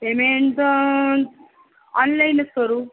पेमेंटचं ऑनलाईनच करू